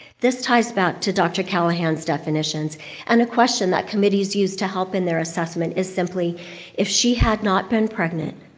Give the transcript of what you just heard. this ties back to dr. callaghan's definitions and a question that committees use to help in their assessment is simply if she had not been pregnant,